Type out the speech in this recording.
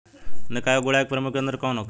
निकाई और गुड़ाई के प्रमुख यंत्र कौन होखे?